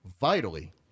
Vitally